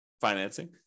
financing